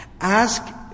Ask